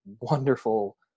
wonderful